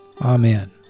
Amen